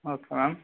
okay ma'am